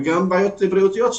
וגם בעיות בריאותיות,